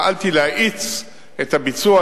פעלתי להאיץ את הביצוע,